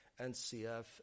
NCF